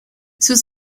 sus